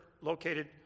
located